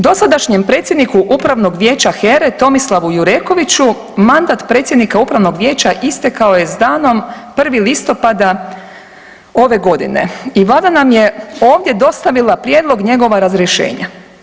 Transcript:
Dosadašnjem predsjedniku upravnog vijeća HERA-e Tomislavu Jurekoviću mandat predsjednika upravnog vijeća istekao je s danom 1. listopada ove godine i vlada nam je ovdje dostavila prijedlog njegova razrješenja.